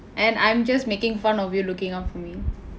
and I'm just making fun of you looking out for me